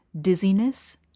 dizziness